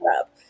up